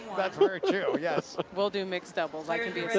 that's very true yes. we'll do mixed doubles. i can be